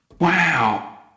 Wow